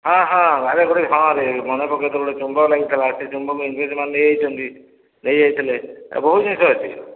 ହଁ ହଁ ଆରେ ଗୋଟେ ହଁ ରେ ମନେପକେଇଦେଲୁ ହଁ ଗୋଟେ ଚୁମ୍ବକ ଲାଗିଥିଲା ସେ ଚୁମ୍ବକକୁ ଇଂରେଜମାନେ ନେଇଯାଇଛନ୍ତି ନେଇଯାଇଥିଲେ ବହୁତ ଜିନିଷ ଅଛି